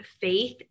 faith